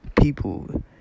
People